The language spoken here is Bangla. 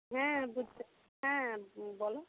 হ্যাঁ বুঝতে হ্যাঁ বলো